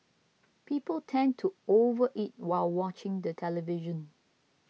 people tend to overeat while watching the television